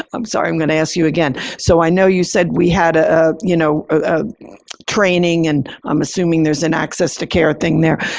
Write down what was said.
i'm sorry. i'm going to ask you again. so, i know you said we had a, you know, a training and i'm assuming there's an access to care thing there.